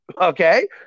Okay